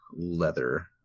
leather